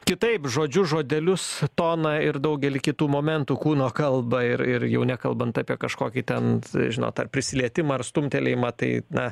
kitaip žodžiu žodelius toną ir daugelį kitų momentų kūno kalbą ir ir jau nekalbant apie kažkokį ten žinot ar prisilietimą ar stumtelėjimą tai na